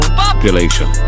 population